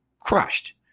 crushed